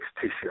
tissue